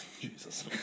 Jesus